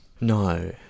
No